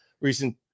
recent